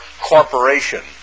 corporation